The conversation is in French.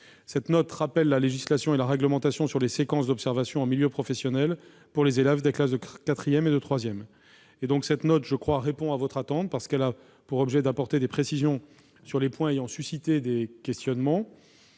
Cette note rappelle la législation et la réglementation sur les séquences d'observation en milieu professionnel pour les élèves des classes de quatrième et de troisième. Celle-ci répond à votre attente, puisqu'elle a pour objet d'apporter des précisions sur les points ayant suscité des questionnements.